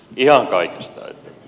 ihan kaikesta